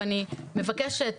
ואני מבקשת,